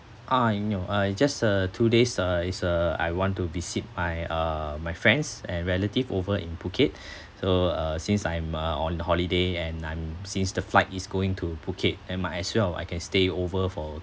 uh no I just uh two days uh it's uh I want to visit my uh my friends and relatives over in phuket so uh since I'm uh on holiday and I'm since the flight is going to phuket then might as well I can stay over for